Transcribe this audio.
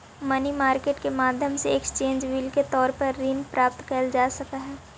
money market के माध्यम से एक्सचेंज बिल के तौर पर ऋण प्राप्त कैल जा सकऽ हई